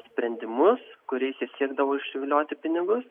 sprendimus kuriais jie siekdavo išsivilioti pinigus